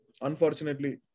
unfortunately